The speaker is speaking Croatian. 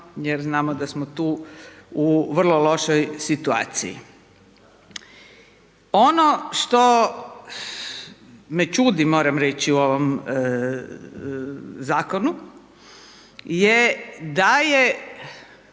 jer znamo da smo tu u vrlo lošoj situaciji. Ono što me čudi moram reći u ovom zakonu je da je